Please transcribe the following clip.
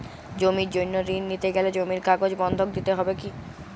জমির জন্য ঋন নিতে গেলে জমির কাগজ বন্ধক দিতে হবে কি?